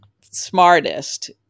smartest